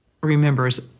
remembers